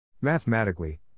Mathematically